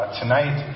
tonight